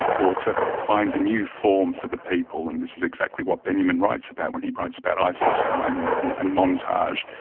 or to find a new form for the people. and this is exactly what benjamin writes about, when he writes about eisenstein, and and montage.